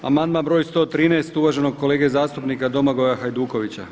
Amandman broj 113 uvaženog kolege zastupnika Domagoja Hajdukovića.